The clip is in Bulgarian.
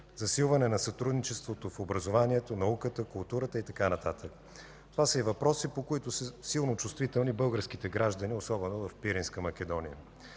засилване на сътрудничеството в образованието, науката, културата и така нататък. Това са и въпроси, по които са силно чувствителни българските граждани, особено в Пиринска Македония.